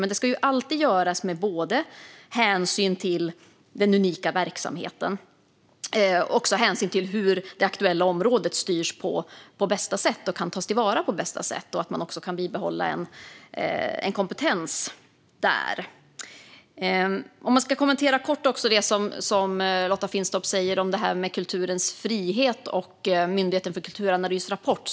Men det ska alltid göras med både hänsyn till den unika verksamheten och hänsyn till hur det aktuella området styrs och kan tas till vara på bästa sätt. Man måste kunna bibehålla en kompetens där. Låt mig kort kommentera det som Lotta Finstorp säger om kulturens frihet och Myndigheten för kulturanalys rapport.